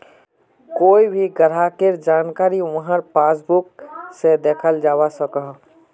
कोए भी ग्राहकेर जानकारी वहार पासबुक से दखाल जवा सकोह